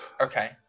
Okay